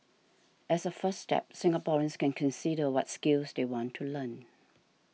as a first step Singaporeans can consider what skills they want to learn